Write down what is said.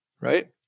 Right